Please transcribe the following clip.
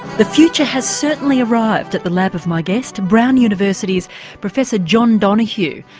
the future has certainly arrived at the lab of my guest, brown university's professor john donoghue,